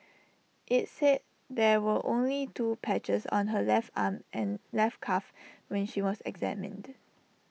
IT said there were only two patches on her left arm and left calf when she was examined